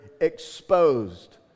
exposed